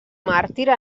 màrtir